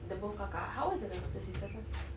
the both kakak how old is the daughter sister first